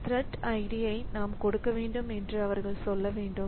இந்த thread id யை நாம் கொடுக்க வேண்டும் என்று அவர்கள் சொல்ல வேண்டும்